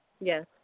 Yes